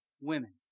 women